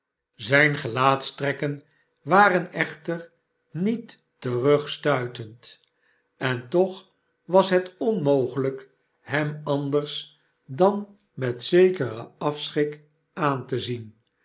zijne gelaatstrekken waren echter met terugstuttend en toch was het onmogelijk hem anders dan metzekeren afeehrik aan te zien